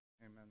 Amen